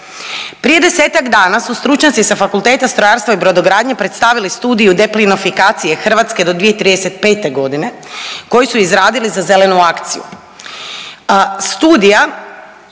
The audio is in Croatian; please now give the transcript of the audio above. Prije desetak dana su stručnjaci sa Fakulteta strojarstva i brodogradnje predstavili Studiju deplinifikacije hrvatske do 2035. godine koju su izradili za Zelenu akciju.